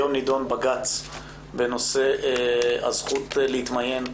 היום נידון בג"ץ בנושא הזכות להתמיין,